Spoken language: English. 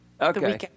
Okay